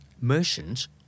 merchants